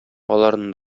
аларны